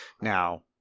Now